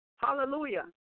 Hallelujah